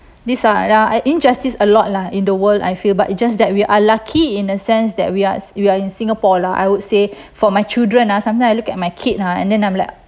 please lah ya injustice a lot lah in the world I feel but it just that we are lucky in a sense that we are we are in singapore lah I would say for my children ah sometime I look at my kid ah and then I'm like